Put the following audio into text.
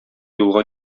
юлга